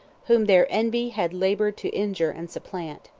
whom their envy had labored to injure and supplant.